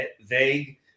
vague